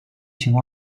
情况